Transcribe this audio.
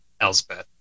Elspeth